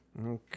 Okay